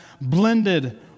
blended